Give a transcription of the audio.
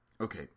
okay